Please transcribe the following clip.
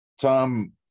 Tom